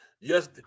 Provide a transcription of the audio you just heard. Yes